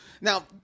Now